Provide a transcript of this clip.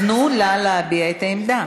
תנו לה להביע את העמדה.